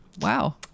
Wow